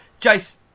Jace